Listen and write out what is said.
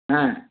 হ্যাঁ